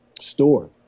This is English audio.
store